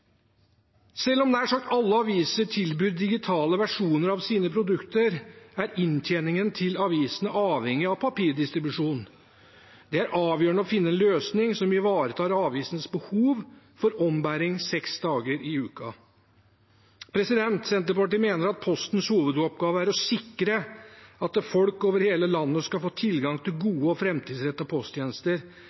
tilbyr digitale versjoner av sine produkter, er inntjeningen til avisene avhengig av papirdistribusjon. Det er avgjørende å finne en løsning som ivaretar avisenes behov for ombæring seks dager i uka. Senterpartiet mener at Postens hovedoppgave er å sikre at folk over hele landet skal få tilgang til gode og framtidsrettede posttjenester.